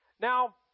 Now